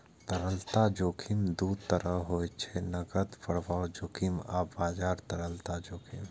तरलता जोखिम दू तरहक होइ छै, नकद प्रवाह जोखिम आ बाजार तरलता जोखिम